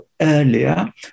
earlier